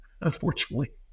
unfortunately